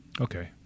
Okay